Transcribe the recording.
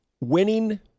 winning